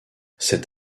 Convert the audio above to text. cet